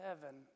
heaven